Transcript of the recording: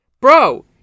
Bro